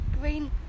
green